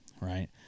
right